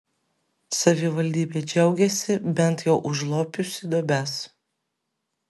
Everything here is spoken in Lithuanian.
savivaldybė džiaugiasi bent jau užlopiusi duobes